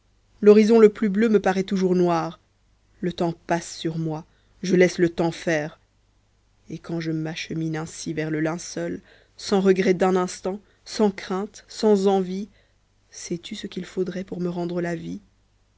l'horizon le plus bleu me parait toujours noir le temps passe sur moi je laisse le temps faire et quand je m'achemine ainsi vers le linceul sans regrets d'un instant sans crainte sans envie sais-tu ce qu'il faudrait pour me rendre la vie